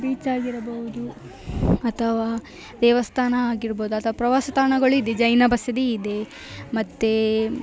ಬೀಚಾಗಿರಬಹ್ದು ಅಥವಾ ದೇವಸ್ಥಾನ ಆಗಿರ್ಬೋದು ಅಥ್ವಾ ಪ್ರವಾಸ ತಾಣಗಳು ಇದೆ ಜೈನ ಬಸದಿ ಇದೆ ಮತ್ತು